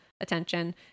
attention